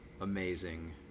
amazing